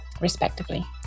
respectively